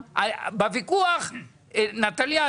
נטליה,